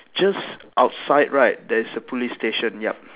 just outside right there is a police station yup